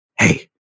Hey